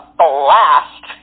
blast